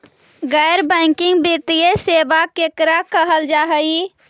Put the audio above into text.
गैर बैंकिंग वित्तीय सेबा केकरा कहल जा है?